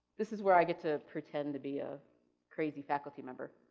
this is what i get to pretend to be a crazy faculty member.